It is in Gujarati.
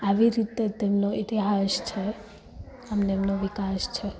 આવી રીતે તેનો ઇતિહાસ છે અને એમનો વિકાસ છે